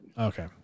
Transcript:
okay